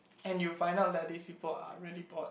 and you find out that these people are really bored